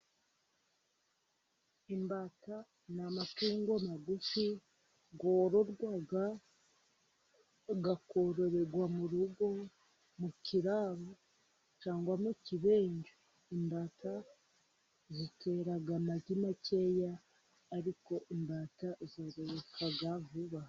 Imbata ni amatungo magufi yororwa, akororerwa mu rugo, mu kiraro cyangwa ikibenja; imbata zitera amagi makeya ariko imbata zororoka vuba.